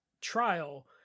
trial